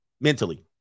mentally